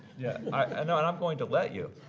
yeah, i know, and i'm going to let you.